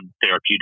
therapeutic